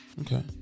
Okay